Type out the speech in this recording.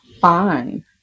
fine